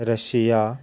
Russia